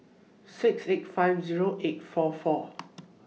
six eight five Zero eight four four